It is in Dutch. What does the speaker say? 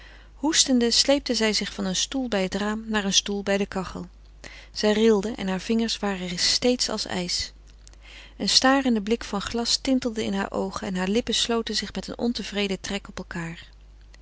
hoestend sleepte zij zich van een stoel bij het raam naar een stoel bij de kachel zij rilde en haar vingers waren steeds als ijs een starende blik van glas tintelde in hare oogen en hare lippen sloten zich met een ontevreden trek op elkaâr